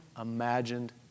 imagined